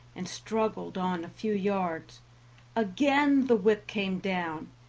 and struggled on a few yards again the whip came down,